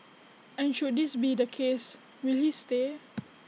and should this be the case will he stay